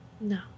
No